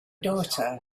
daughter